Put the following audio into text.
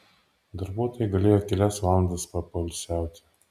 darbuotojai galėjo kelias valandas papoilsiauti